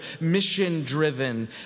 mission-driven